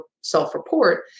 self-report